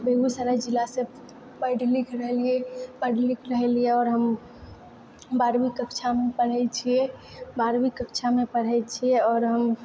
बेगूसराय जिलासे पढ़ि लिख रहलियै पढ़ि लिख रहलियै और हम बारहवीं कक्षामे पढ़ै छियै बारहवीं कक्षामे पढ़ै छियै आओर हम